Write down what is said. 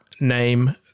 name